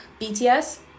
BTS